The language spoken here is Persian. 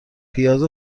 پیاز